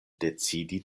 decidi